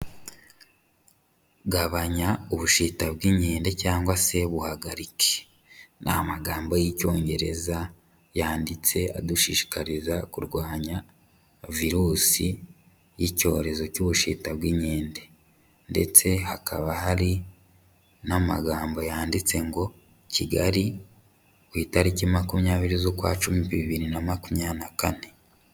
Gabanya ubushita bw'inkende cyangwa se buhagarike, ni amagambo y'icyongereza yanditse adushishikariza kurwanya virusi y'icyorezo cy'ubushita bw'inkende ndetse hakaba hari n'amagambo yanditse ngo Kigali ku itariki makumyabiri z'ukwa cumi bibiri na makumyabiri na kane.